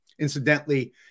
Incidentally